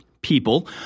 people